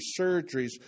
surgeries